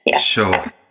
Sure